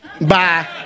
Bye